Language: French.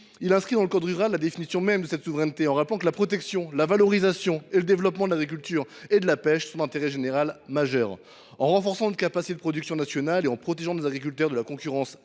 à inscrire dans le code rural la définition de la notion de souveraineté alimentaire, et à préciser que la protection, la valorisation et le développement de l’agriculture et de la pêche sont d’intérêt général majeur. En renforçant nos capacités de production nationales et en protégeant nos agriculteurs de la concurrence